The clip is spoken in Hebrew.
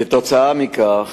כתוצאה מכך